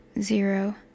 zero